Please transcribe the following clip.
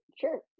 sure